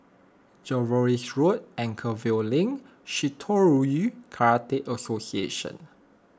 Jervois Road Anchorvale Link Shitoryu Karate Association